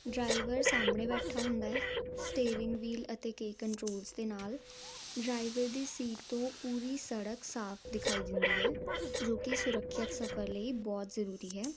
driver ਸਾਹਮਣੇ ਬੈਠਾ ਹੁੰਦਾ ਸਟੇਰਿੰਗ ਵੀਲ ਅਤੇ ਕੇ ਕੰਟਰੋਲਸ ਦੇ ਨਾਲ ਡਰਾਈਵਰ ਦੀ ਸੀਟ ਤੋਂ ਪੂਰੀ ਸੜਕ ਸਾਫ ਦਿਖਾਈ ਦਿੰਦੀ ਹੈ ਜੋ ਕਿ ਸੁਰੱਖਿਅਤ ਸਫਰ ਲਈ ਬਹੁਤ ਜ਼ਰੂਰੀ ਹੈ